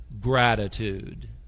gratitude